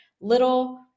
little